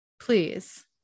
Please